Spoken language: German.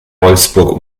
wolfsburg